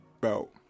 belt